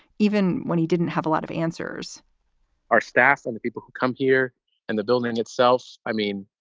even when he didn't have a lot of answers our staff and the people who come here and the building and itself, i mean,